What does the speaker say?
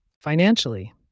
Financially